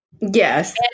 Yes